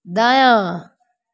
दायाँ